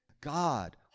God